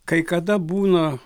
kai kada būna